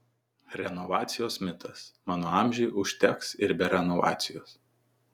renovacijos mitas mano amžiui užteks ir be renovacijos